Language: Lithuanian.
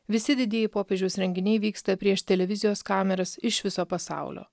visi didieji popiežiaus renginiai vyksta prieš televizijos kameras iš viso pasaulio